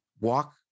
walk